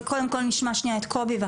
נמשיך.